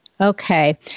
Okay